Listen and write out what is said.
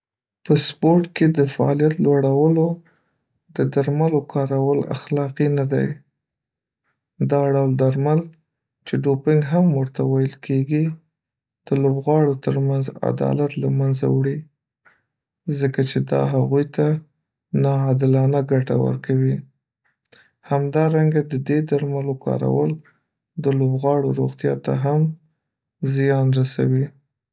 په سپورټ کې د فعالیت لوړولو د درملو کارول اخلاقي نه دی. دا ډول درمل، چې ډوپینګ هم ورته ویل کېږي، د لوبغاړو تر منځ عدالت له منځه وړي، ځکه چې دا هغوی ته ناعادلانه ګټه ورکوي همدارنګه، د دې درملو کارول د لوبغاړو روغتیا ته هم زیان رسوي.